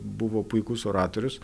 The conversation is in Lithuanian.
buvo puikus oratorius